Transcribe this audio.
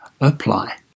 apply